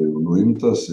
jau nuimtas